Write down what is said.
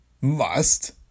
Must